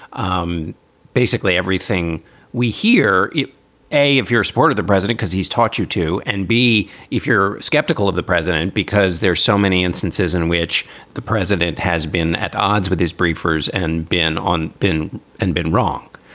um basically everything we hear it a, if your support of the president, cause he's taught you to. and b, if you're skeptical of the president, because there's so many instances in which the president has been at odds with his briefers and been on bin and been wrong.